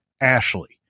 Ashley